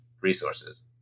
resources